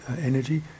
energy